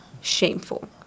shameful